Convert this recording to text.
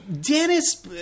Dennis